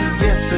yes